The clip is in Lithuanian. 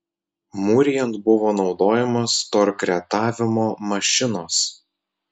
mūrijant buvo naudojamos torkretavimo mašinos